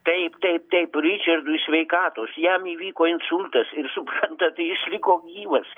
taip taip taip ričardui sveikatos jam įvyko insultas ir suprantat tai jis liko gyvas